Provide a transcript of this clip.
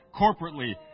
corporately